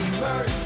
mercy